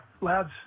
lads